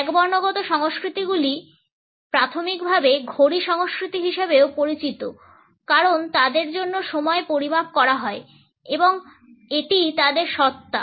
একবর্ণ সংস্কৃতিগুলি প্রাথমিকভাবে ঘড়ি সংস্কৃতি হিসাবেও পরিচিত কারণ তাদের জন্য সময় পরিমাপ করা হয় এবং এটিই তাদের সত্তা